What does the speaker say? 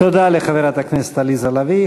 תודה לחברת הכנסת עליזה לביא.